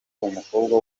umukobwa